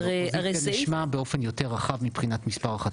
האופוזיציה נשמע באופן יותר רחב מבחינת מספר החתימות.